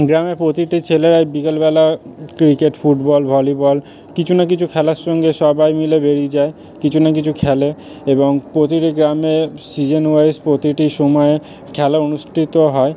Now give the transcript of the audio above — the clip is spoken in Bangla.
গ্রামে প্রতিটি ছেলেরাই বিকালবেলায় ক্রিকেট ফুটবল ভলিবল কিছু না কিছু খেলার সঙ্গে সবাই মিলে বেরিয়ে যায় কিছু না কিছু খেলে এবং প্রতিটি গ্রামে সিজনওয়াইস প্রতিটি সময়ে খেলা অনুষ্ঠিত হয়